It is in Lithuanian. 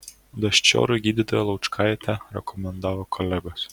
daščiorui gydytoją laučkaitę rekomendavo kolegos